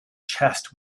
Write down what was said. chest